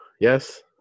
yes